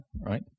right